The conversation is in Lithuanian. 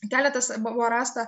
keletas buvo rasta